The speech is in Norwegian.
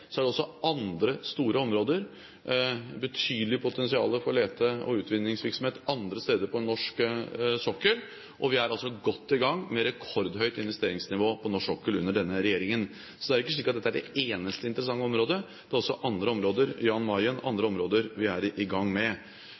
er det også store områder med et betydelig potensial for lete- og utvinningsvirksomhet andre steder på norsk sokkel. Vi er godt i gang med et rekordhøyt investeringsnivå på norsk sokkel under denne regjeringen, og det er ikke slik at dette er det eneste interessante området. Det er også andre områder – Jan Mayen og andre områder – vi er i gang med.